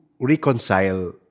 reconcile